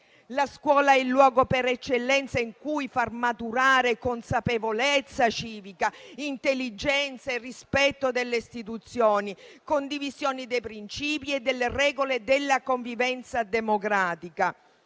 La scuola è il luogo per eccellenza in cui far maturare consapevolezza civica, intelligenza e rispetto delle istituzioni, condivisione dei principi e delle regole della convivenza democratica,